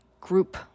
group